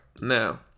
now